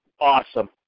awesome